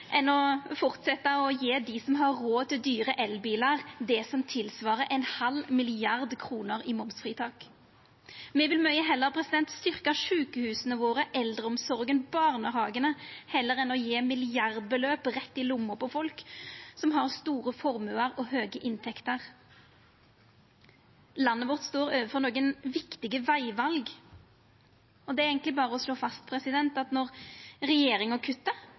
enn å fortsetja å gje dei som har råd til dyre elbilar, det som svarer til ein halv milliard kroner i momsfritak. Me vil mykje heller styrkja sjukehusa våre, eldreomsorga og barnehagane enn å gje milliardbeløp rett i lomma på folk som har store formuar og høge inntekter. Landet vårt står overfor nokre viktige vegvalg, og det er eigentleg berre å slå fast at når regjeringa kuttar,